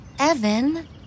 Evan